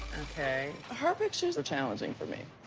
okay. her pictures are challenging for me.